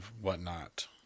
whatnot